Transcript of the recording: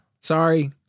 Sorry